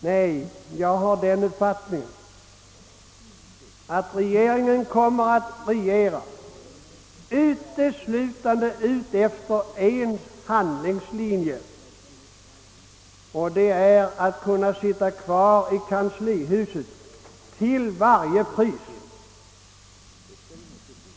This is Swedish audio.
Nej, jag har den uppfattningen att regeringen kommer att regera uteslutande efter en handlingslinje: att kunna sitta kvar i kanslihuset till varje pris.